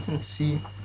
see